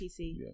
PC